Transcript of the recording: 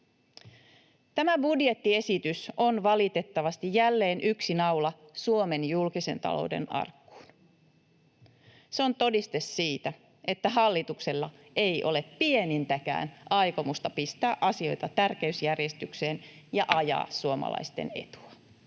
Tämä budjettiesitys on valitettavasti jälleen yksi naula Suomen julkisen talouden arkkuun. Se on todiste siitä, että hallituksella ei ole pienintäkään aikomusta pistää asioita tärkeysjärjestykseen ja [Puhemies